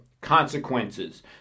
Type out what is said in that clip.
consequences